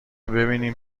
ببینیم